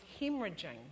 hemorrhaging